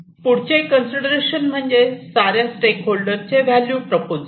पुढचे कन्सिडरेशन म्हणजे साऱ्या स्टेक होल्डर चे व्हॅल्यू प्रोपोझिशन